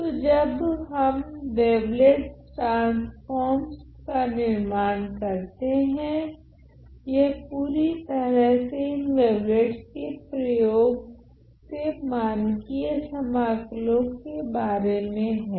तो जब हम वेवलेट ट्रांसफोर्मस का निर्माण करते है यह पूरी तरह से इन वेवलेट्स के प्रयोग से मानकीय समाकलों के बारे में हैं